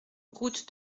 route